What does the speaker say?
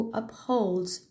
upholds